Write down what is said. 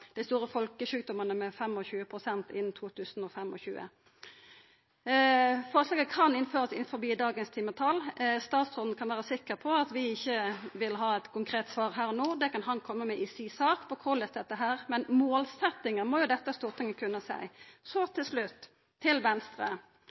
dei store folkesjukdomane med 25 pst. innan 2025. Forslaget kan innførast innanfor dagens timetal. Statsråden kan vera sikker på at vi ikkje her og no vil ha eit konkret svar på korleis dette skal gjerast, det kan han koma med i si sak, men målsetjinga må jo dette Stortinget kunna seia noko om. Så